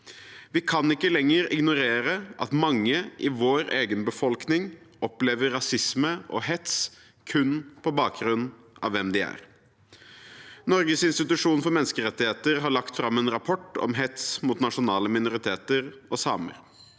Vi kan ikke lenger ignorere at mange i vår egen befolkning opplever rasisme og hets kun på bakgrunn av hvem de er. Norges institusjon for menneskerettigheter har lagt fram en rapport om hets mot nasjonale minoriteter og samer.